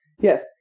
Yes